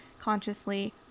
consciously